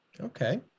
okay